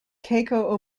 keiko